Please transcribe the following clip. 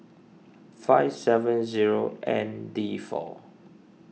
five seven zero N D four